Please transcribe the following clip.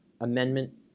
amendment